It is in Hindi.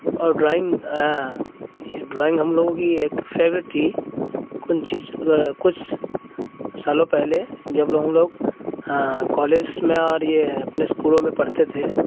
और ड्राइंग ड्राइंग हम लोग भी यह फेवरेट थी कौन चीज़ जो है कुछ सालों पहले जो कि हम लोग कॉलेज्स में और यह अपने इस्कूलों में पढ़ते थे